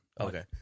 Okay